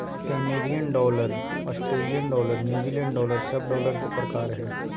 Canadian dollar, Australian dollar, New Zealand dollar सब dollar के प्रकार हय